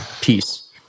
Peace